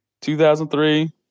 2003